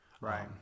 right